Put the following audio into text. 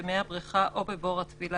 במי הבריכה או בבור הטבילה,